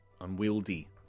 unwieldy